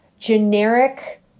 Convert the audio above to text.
generic